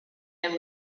and